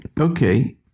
Okay